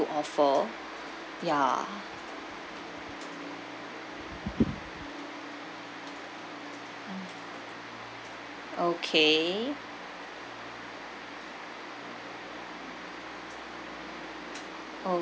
offer ya okay